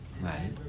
Right